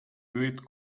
hewitt